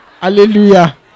Hallelujah